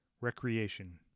Recreation